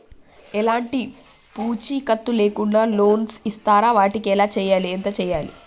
ఎలాంటి పూచీకత్తు లేకుండా లోన్స్ ఇస్తారా వాటికి ఎలా చేయాలి ఎంత చేయాలి?